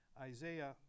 Isaiah